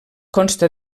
consta